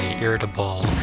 irritable